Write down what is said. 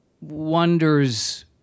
wonders